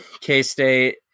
K-State